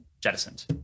jettisoned